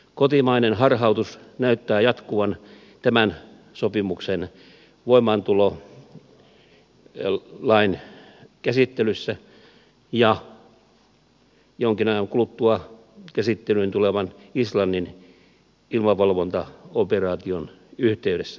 kotimainen harhautus näyttää jatkuvan tämän sopimuksen voimaantulolain käsittelyssä ja jonkin ajan kuluttua käsittelyyn tulevan islannin ilmavalvontaoperaation yhteydessä